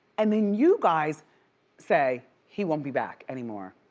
and then you guys say, he won't be back anymore.